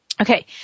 Okay